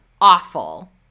awful